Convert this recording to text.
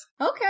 okay